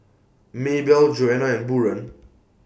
Maybelle Joanna and Buren